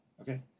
Okay